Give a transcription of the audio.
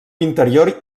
interior